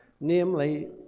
namely